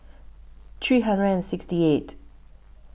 three hundred and sixty eight